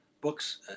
books